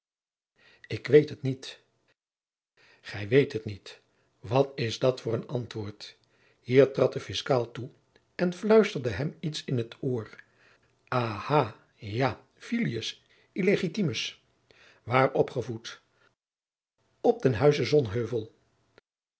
ik weet het niet gij weet het niet wat is dat voor een jacob van lennep de pleegzoon antwoord hier trad de fiscaal toe en fluisterde hem iets in t oor aha ja filius illegitimus waar opgevoed op den huize